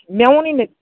مےٚ ووٚنٕے نا